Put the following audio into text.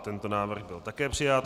Tento návrh byl také přijat.